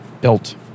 Built